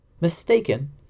mistaken